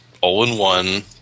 all-in-one